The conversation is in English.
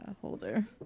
holder